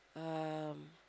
um